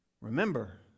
Remember